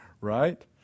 right